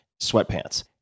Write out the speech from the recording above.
sweatpants